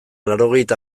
laurogeita